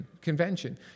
convention